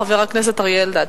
חבר הכנסת אריה אלדד.